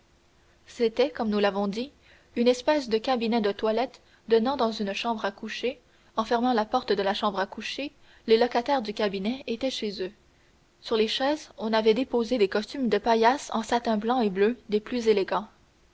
c'était comme nous l'avons dit une espèce de cabinet de toilette donnant dans une chambre à coucher en fermant la porte de la chambre à coucher les locataires du cabinet étaient chez eux sur les chaises on avait déposé des costumes de paillasse en satin blanc et bleu des plus élégants